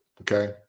okay